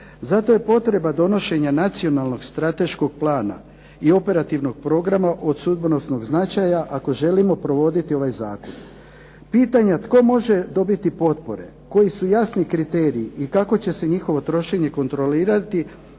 Zato je potreba donošenja Nacionalnog strateškog plana i operativnog programa od sudbonosnog značaja ako želimo provoditi ovaj zakon. Pitanja, tko može dobiti potpore, koji su jasni kriteriji i kako će se njihovo trošenje kontrolirati,